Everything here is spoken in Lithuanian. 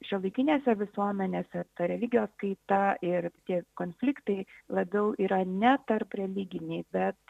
šiuolaikinėse visuomenėse ta religijos kaita ir tie konfliktai labiau yra ne tarp religiniai bet